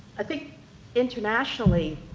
i think internationally,